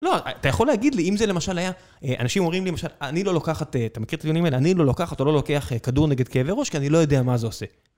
לא, אתה יכול להגיד לי אם זה למשל היה... אנשים אומרים לי, אני לא לוקחת... אתה מכיר את הדיונים האלה? אני לא לוקחת או לא לוקח כדור נגד כאבי ראש כי אני לא יודע מה זה עושה.